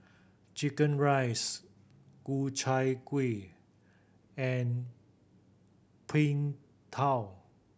chicken rice Ku Chai Kuih and Png Tao